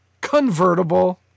convertible